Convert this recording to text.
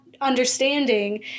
understanding